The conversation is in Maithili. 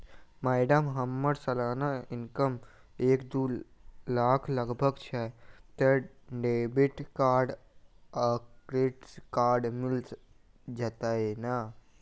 मैडम हम्मर सलाना इनकम एक दु लाख लगभग छैय तऽ डेबिट कार्ड आ क्रेडिट कार्ड मिल जतैई नै?